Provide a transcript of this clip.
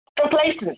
complacency